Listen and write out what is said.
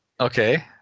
Okay